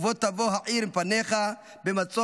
ובו תבוא העיר מפניך במצור.